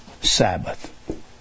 Sabbath